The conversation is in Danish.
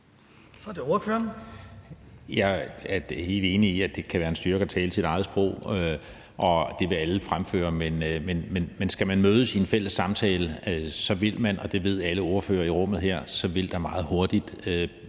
Jeg er helt enig i, at det kan være en styrke at tale sit eget sprog, og det vil alle fremføre. Men skal man mødes i en fælles samtale, vil der, og det ved alle ordførere i rummet her, meget hurtigt